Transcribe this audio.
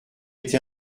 été